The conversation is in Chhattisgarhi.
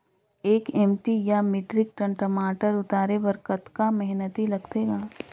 एक एम.टी या मीट्रिक टन टमाटर उतारे बर कतका मेहनती लगथे ग?